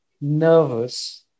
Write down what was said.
nervous